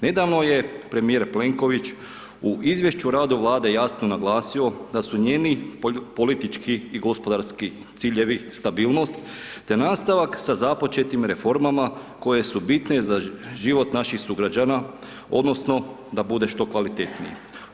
Nedavno je premijer Plenković u izvješću rada Vlade jasno naglasio da su njeni politički i gospodarski ciljevi, stabilnost, te nastavak sa započetim reformama koje su bitne za život naših sugrađana odnosno da bude što kvalitetniji.